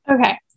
Okay